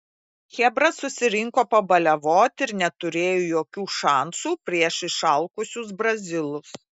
chebra susirinko pabaliavot ir neturėjo jokių šansų prieš išalkusius brazilus